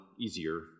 easier